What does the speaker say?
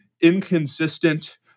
inconsistent